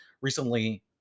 recently